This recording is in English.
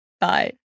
Bye